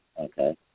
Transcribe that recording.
Okay